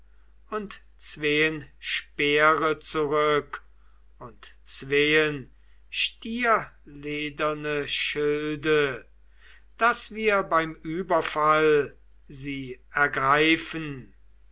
und zween speere zurück und zween stierlederne schilde daß wir beim überfall sie ergreifen